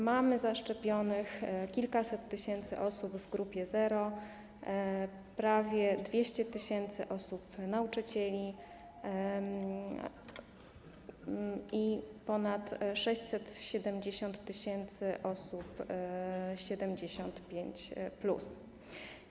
Mamy zaszczepionych kilkaset tysięcy osób w grupie 0, prawie 200 tys. nauczycieli i ponad 670 tys. osób w wieku 75+.